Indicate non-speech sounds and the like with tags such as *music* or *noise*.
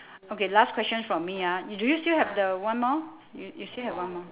*breath* okay last question for me ah do you still have the one more you you still have one more